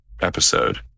episode